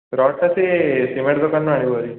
ରଡ଼୍ଟା ସେ ସିମେଣ୍ଟ୍ ଦୋକାନରୁ ଆଣିବା ଭାରି